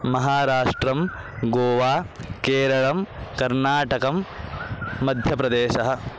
महाराष्ट्रं गोवा केरळं कर्नाटकं मध्यप्रदेशः